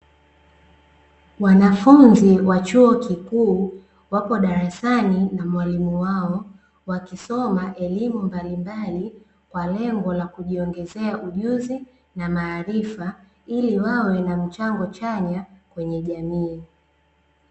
Wanafunzi wa chuo kikuu wako darasani na mwalimu wao, wakisoma elimu mbalimbali kwa lengo la kujiongezea ujuzi na maarifa, ili wawe na mchango chanya kwenye jamii.